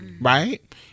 right